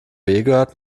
gehört